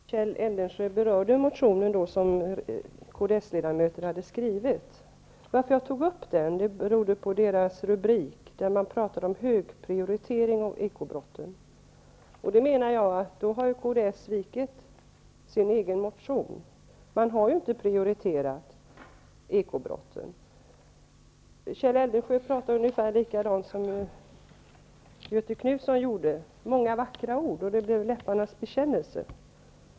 Fru talman! Kjell Eldensjö berörde motionen som kds-ledamöter har skrivit. Att jag tog upp motionen för diskussion berodde på rubriceringen av motionen. Man talade om högprioritering av beivrandet av den ekonomiska brottsligheten. Jag menar att kds har svikit sin egen motion i och med att man inte har prioriterat beivrandet av den ekonomiska brottsligheten. Kjell Eldensjö talar i ungefär samma ordalag som Göthe Knutson -- det blir många vackra ord och läpparnas bekännelse.